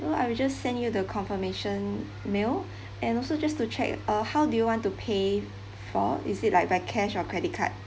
so I will just send you the confirmation mail and also just to check uh how do you want to pay for is it like by cash or credit card